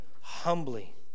humbly